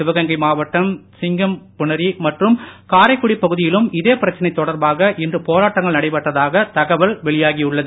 சிவகங்கை மாவட்டம் சிங்கம்புனரி மற்றும் கரைக்குடி பகுதியிலும் இதே பிரச்சனை தொடர்பாக இன்று போராட்டங்கள் நடைபெற்றதாக தகவல் வெளியாகியுள்ளது